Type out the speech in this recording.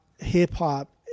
hip-hop